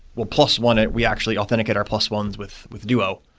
will plus one. and we actually authenticate our plus ones with with duo.